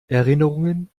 erinnerungen